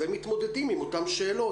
אז הם מתמודדים עם אותן שאלות.